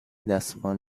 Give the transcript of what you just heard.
دستمال